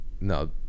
no